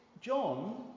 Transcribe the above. John